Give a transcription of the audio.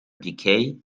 decay